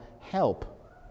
help